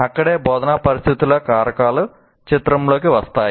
అక్కడే బోధనా పరిస్థితుల కారకాలు చిత్రంలోకి వస్తాయి